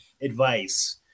advice